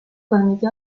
permitió